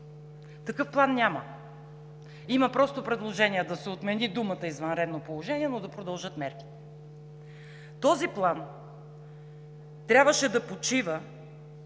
Такъв план няма. Има просто предложения да се отмени думата „извънредно положение“, но да продължат мерките. Този план трябваше да почива